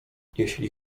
jeśli